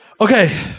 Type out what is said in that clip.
Okay